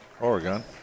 Oregon